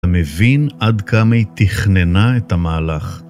מבין עד כמה היא תכננה את המהלך.